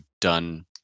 done